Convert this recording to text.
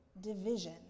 division